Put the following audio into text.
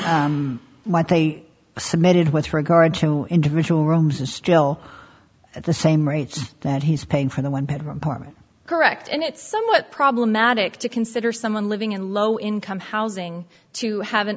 what they submitted with regard to individual rooms is still at the same rates that he's paying for the one bedroom apartment correct and it's somewhat problematic to consider someone living in low income housing to have an